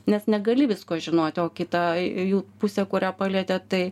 nes negali visko žinoti o kitą jų pusė kurią palietėt tai